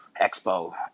expo